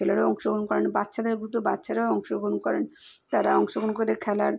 ছেলেরাও অংশগ্রহণ করেন বাচ্চাদের গ্রুপে বাচ্চারাও অংশগ্রহণ করেন তারা অংশগ্রহণ করে খেলার